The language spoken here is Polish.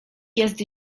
jest